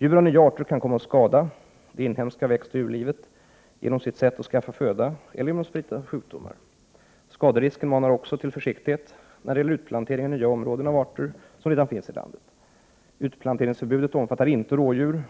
Djur av nya arter kan komma att skada det inhemska växtoch djurlivet genom sitt sätt att skaffa föda eller genom att sprida sjukdomar. Skaderisken manar också till försiktighet när det gäller utplantering i nya 49 områden av arter som redan finns i landet. Utplanteringsförbudet omfattar inte rådjur.